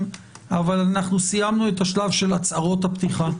אבל אנחנו סיימנו את השלב של הצהרות הפתיחה.